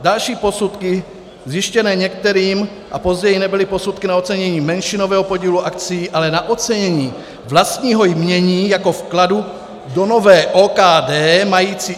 Další posudky zjištěné některým a později nebyly posudky na ocenění menšinového podílu akcií, ale na ocenění vlastního jmění jako vkladu do nové OKD mající IČO 26863154.